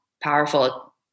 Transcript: powerful